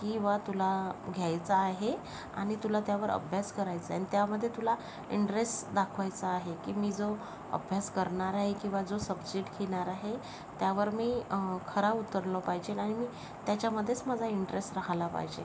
की बुवा तुला घ्यायचं आहे आणि तुला त्यावर अभ्यास करायचं आहे अन त्यामध्ये तुला इंटरेस्ट दाखवायचा आहे की मी जो अभ्यास करणार आहे किंवा जो सब्जेक्ट घेणार आहे त्यावर मी खरा उतरलो पाहिजेल आणि मी त्याच्यामध्येच माझा इंटरेस्ट रहायला पाहिजे